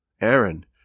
Aaron